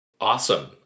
Awesome